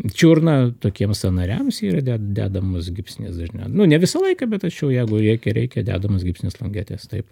čiurna tokiems sąnariams yra de dedamas gipsinis dažniau nu ne visą laiką bet tačiau jeigu reikia reikia dedamas gipsinis longetės taip